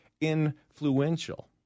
influential